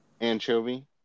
Anchovy